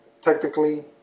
technically